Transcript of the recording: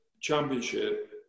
championship